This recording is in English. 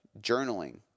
journaling